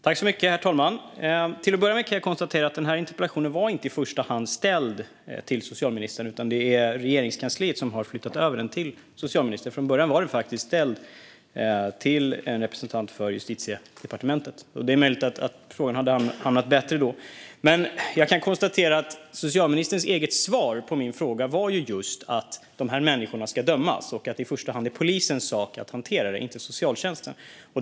Herr talman! Till att börja med kan jag konstatera att denna interpellation inte i första hand var ställd till socialministern, utan det är Regeringskansliet som har flyttat över den till socialministern. Från början var den ställd till en representant för Justitiedepartementet. Det är möjligt att det hade varit bättre om den hamnat där. Men jag kan konstatera att socialministerns svar på min interpellation var just att dessa människor ska dömas och att det i första hand är polisens sak att hantera det, inte socialtjänstens.